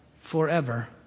forever